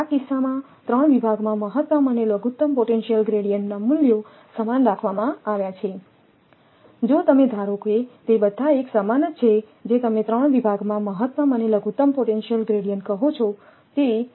તેથી આ કિસ્સામાં 3 વિભાગમાં મહત્તમ અને લઘુત્તમ પોટેન્શિયલ ગ્રેડીઅન્ટના મૂલ્યો સમાન રાખવામાં આવ્યાં છે જો તમે ધારો કે તે બધા એક સમાન છે જે તમે 3 વિભાગમાં મહત્તમ અને લઘુત્તમ પોટેન્શિયલ ગ્રેડીઅન્ટ કહો છો